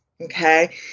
okay